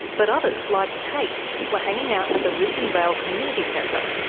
but others like tate were hanging out at the risdon vale community centre,